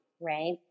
right